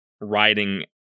riding